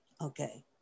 Okay